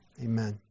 amen